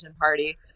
party